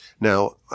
Now